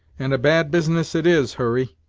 and a bad business it is, hurry.